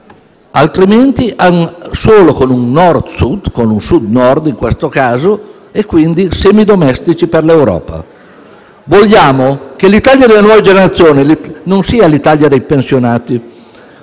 Altrimenti, solo con un Nord-Sud (anzi, con un Sud-Nord, in questo caso) avremmo traffici semidomestici per l'Europa. Vogliamo che l'Italia delle nuove generazioni non sia l'Italia dei pensionati